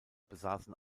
besaßen